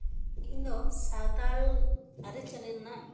ᱤᱧ ᱫᱚ ᱥᱟᱱᱛᱟᱲ ᱟᱹᱨᱤ ᱪᱟᱞᱤ ᱨᱮᱭᱟᱜ